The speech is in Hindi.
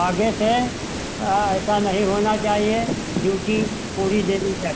आगे से ऐसा नहीं होना चाहिए ड्यूटी पूरी देनी है